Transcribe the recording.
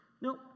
No